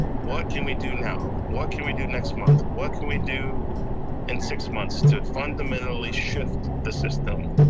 what can we do now? what can we do next month? what can we do in six months to fundamentally shift the system?